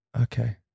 Okay